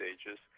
stages